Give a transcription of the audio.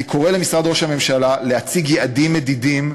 אני קורא למשרד ראש הממשלה להציג יעדים מדידים,